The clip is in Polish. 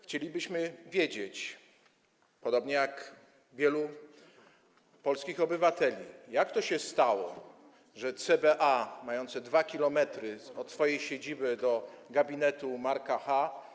Chcielibyśmy wiedzieć, podobnie jak wielu polskich obywateli, jak to się stało, że CBA mające 2 km od swojej siedziby do gabinetu Marka Ch.